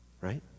right